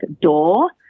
door